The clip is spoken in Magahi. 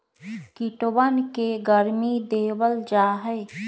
कीटवन के गर्मी देवल जाहई